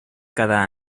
cada